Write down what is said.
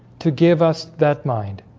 to give us that mind